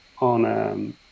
on